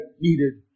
needed